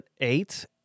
eight